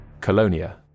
Colonia